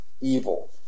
evil